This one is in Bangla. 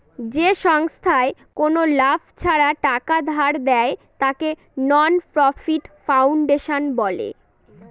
যে সংস্থায় কোনো লাভ ছাড়া টাকা ধার দেয়, তাকে নন প্রফিট ফাউন্ডেশন বলে